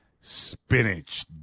spinach